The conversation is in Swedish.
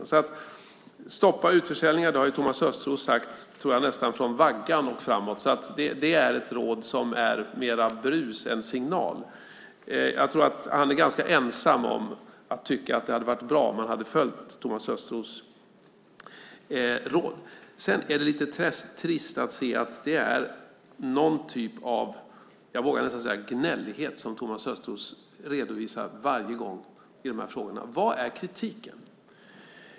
Jag tror att Thomas Östros nästan från vaggan och framåt har sagt att man ska stoppa utförsäljningarna. Det är ett råd som är mer brus än signal. Jag tror att han är ganska ensam om att tycka att det hade varit bra om man hade följt Thomas Östros råd. Det är lite trist att se den typ av, jag vågar nästan säga, gnällighet som Thomas Östros redovisar varje gång i de här frågorna. Vad är kritiken?